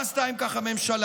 מה עשתה עם כך הממשלה?